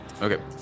Okay